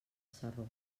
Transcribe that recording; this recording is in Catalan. sarró